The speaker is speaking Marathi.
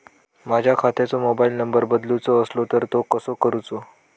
माझ्या खात्याचो मोबाईल नंबर बदलुचो असलो तर तो कसो करूचो?